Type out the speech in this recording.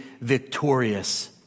victorious